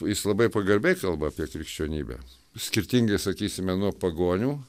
jis labai pagarbiai kalba apie krikščionybę skirtingai sakysime nuo pagonių